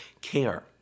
care